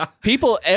People